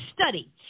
study